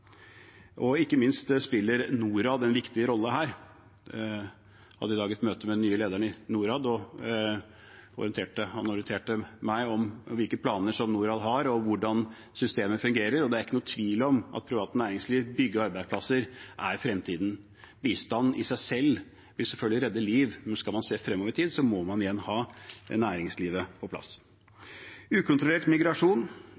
Ikke minst spiller Norad en viktig rolle her. Jeg hadde i dag et møte med den nye lederen i Norad. Han orienterte meg om hvilke planer Norad har, og hvordan systemet fungerer, og det er ikke noen tvil om at privat næringsliv og å bygge arbeidsplasser er fremtiden. Bistand i seg selv vil selvfølgelig redde liv, men skal man se fremover i tid, må man igjen ha næringslivet på